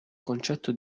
concetto